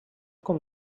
com